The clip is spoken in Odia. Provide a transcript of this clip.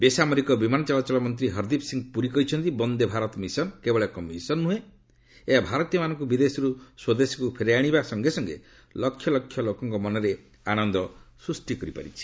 ବେସାମରିକ ବିମାନ ଚଳାଚଳ ମନ୍ତ୍ରୀ ହରଦୀପ ସିଂହ ପୁରୀ କହିଛନ୍ତି ବନ୍ଦେ ଭାରତ ମିଶନ କେବଳ ଏକ ମିଶନ ନୁହେଁ ଏହା ଭାରତୀୟମାନଙ୍କୁ ବିଦେଶରୁ ସ୍ପଦେଶକୁ ଫେରାଇ ଆଶିବା ସଙ୍ଗେ ସଙ୍ଗେ ଲକ୍ଷଲକ୍ଷ ଲୋକଙ୍କ ମନରେ ଆନନ୍ଦ ସୃଷ୍ଟି କରିପାରିଛି